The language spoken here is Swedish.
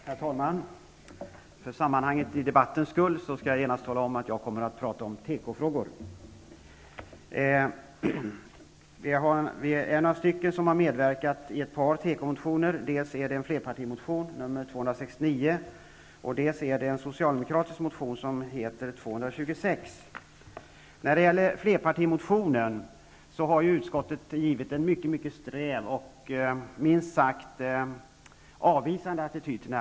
Herr talman! För sammanhangets i debatten skull vill jag tala om att jag kommer att tala om tekofrågor. Vi är några stycken som har medverkat till ett par tekomotioner. Det är dels en flerpartimotion nr När det gäller flerpartimotionen har utskottet intagit en mycket sträv och, minst sagt, avvisande attityd.